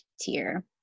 tier